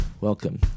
Welcome